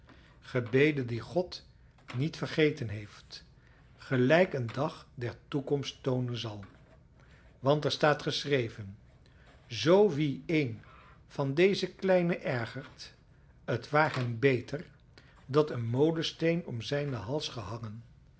opgegaan gebeden die god niet vergeten heeft gelijk een dag der toekomst toonen zal want er staat geschreven zoo wie een van deze kleinen ergert het waar hem beter dat een molensteen om zijnen hals gehangen